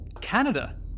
Canada